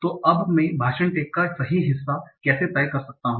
तो अब मैं भाषण टैग का सही हिस्सा कैसे तय कर सकता हू